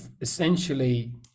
essentially